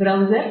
browser